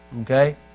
okay